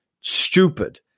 stupid